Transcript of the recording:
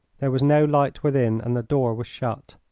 there was no light within and the door was shut.